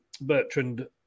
Bertrand